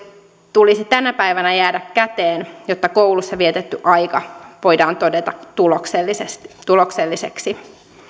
tulisi tänä päivänä jäädä käteen jotta koulussa vietetty aika voidaan todeta tulokselliseksi tulokselliseksi